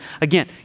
Again